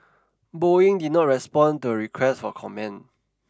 Boeing did not respond to a request for comment